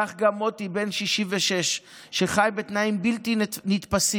כך גם מוטי, בן 66, שחי בתנאים בלתי נתפסים.